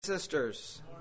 Sisters